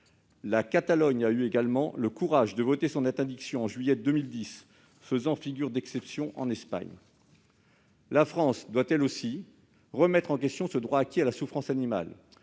La Catalogne a également eu le courage de voter son interdiction en juillet 2010, faisant figure d'exception en Espagne. La France doit elle aussi remettre en question ce droit acquis à la souffrance animale.